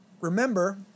Remember